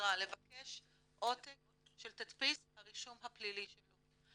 לבקש עותק של תדפיס הרישום הפלילי שלו,